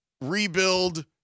rebuild